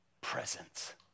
presence